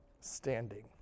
standing